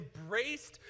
embraced